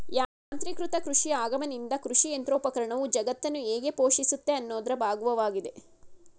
ಯಾಂತ್ರೀಕೃತ ಕೃಷಿ ಆಗಮನ್ದಿಂದ ಕೃಷಿಯಂತ್ರೋಪಕರಣವು ಜಗತ್ತನ್ನು ಹೇಗೆ ಪೋಷಿಸುತ್ತೆ ಅನ್ನೋದ್ರ ಭಾಗ್ವಾಗಿದೆ